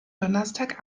donnerstag